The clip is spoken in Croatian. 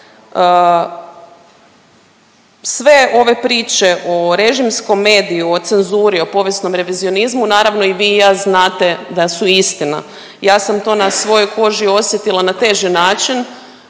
Sve ove priče o režimskom mediju, o cenzuri, o povijesnom revizionizmu naravno i vi i ja znate da su istina. Ja sam to na svojoj koži osjetila na teži način